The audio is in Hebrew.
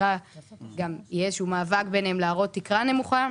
ויהיה מאבק ביניהם להראות תקרה נמוכה.